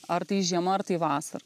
ar tai žiema ar tai vasara